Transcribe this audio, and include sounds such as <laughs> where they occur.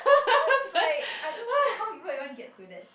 <laughs> so is like I don't even know how people even get to that's